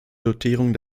dotierung